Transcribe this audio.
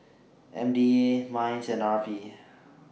M D A Minds and R P